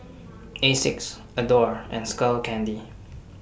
Asics Adore and Skull Candy